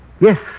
Yes